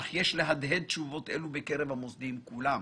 אך יש להדהד תשובות אלו בקרב המוסדיים כולם,